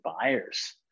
buyers